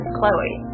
Chloe